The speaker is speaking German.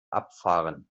abfahren